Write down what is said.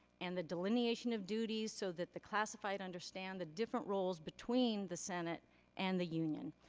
and the delineation of duties, so that the classified understand the different roles between the senate and the union.